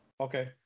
Okay